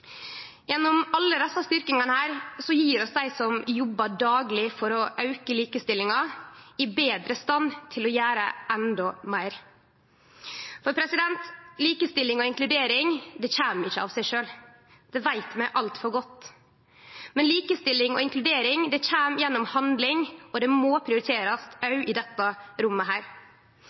Gjennom alle desse styrkingane gjev vi dei som jobbar dagleg for å auke likestillinga, i betre stand til å gjere endå meir. Likestilling og inkludering kjem ikkje av seg sjølv. Det veit vi altfor godt. Likestilling og inkludering kjem gjennom handling, og det må prioriterast òg i dette rommet.